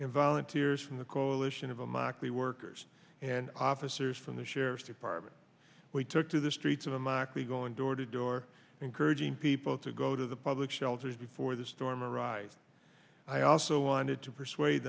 in volunteers from the coalition of a mockery workers and officers from the sheriff's department we took to the streets of a mockery going door to door encouraging people to go to the public shelters before the storm arrived i also wanted to persuade